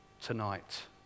tonight